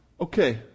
Okay